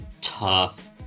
tough